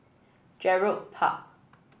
Gerald Park